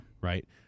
Right